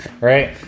Right